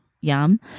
yum